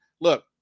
Look